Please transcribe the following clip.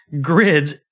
grids